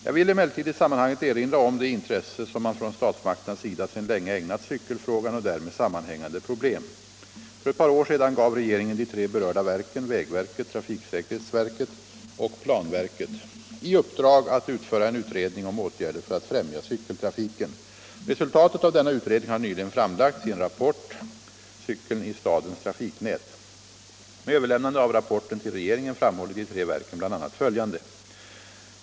Jag vill emellertid i sammanhanget erinra om det intresse som man från statsmakternas sida sedan länge ägnat cykelfrågan och därmed sammanhängande problem. För ett par år sedan gav regeringen de tre berörda verken — vägverket, trafiksäkerhetsverket och planverket — i uppdrag att utföra en utredning om åtgärder för att främja cykeltrafiken. Resultatet av denna utredning har nyligen framlagts i en rapport, Cykeln i stadens trafiknät. Med överlämnande av rapporten till regeringen framhåller de tre verken bl.a. följande.